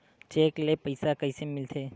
Cheque ले पईसा कइसे मिलथे?